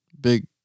Big